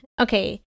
Okay